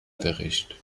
bericht